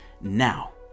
now